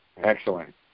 Excellent